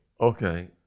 Okay